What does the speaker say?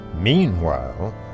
Meanwhile